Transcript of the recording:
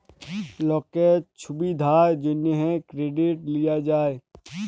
লকের ছুবিধার জ্যনহে কেরডিট লিয়া যায়